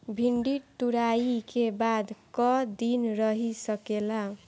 भिन्डी तुड़ायी के बाद क दिन रही सकेला?